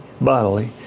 bodily